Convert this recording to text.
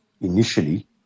initially